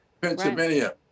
Pennsylvania